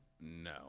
No